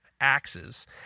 axes